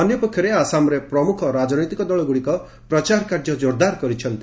ଅନ୍ୟପକ୍ଷରେ ଆସାମରେ ପ୍ରମୁଖ ରାଜନୈତିକ ଦଳଗୁଡିକ ପ୍ରଚାର କାର୍ଯ୍ୟ କୋରଦାର କରିଛନ୍ତି